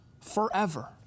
forever